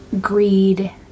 greed